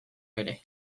bere